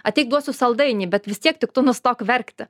ateik duosiu saldainį bet vis tiek tik tu nustok verkti